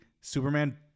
Superman